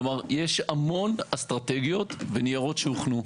כלומר, יש המון אסטרטגיות בניירות שהוכנו,